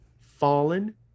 Fallen